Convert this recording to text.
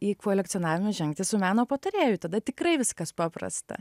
į kuolekcionavimą žengti su meno patarėju tada tikrai viskas paprasta